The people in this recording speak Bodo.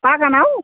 बागानाव